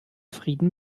frieden